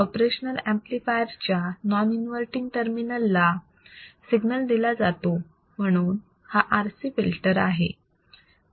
operational amplifier च्या non inverting terminal ला signal दिला जातो म्हणून हा RC फिल्टर आहे